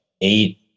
eight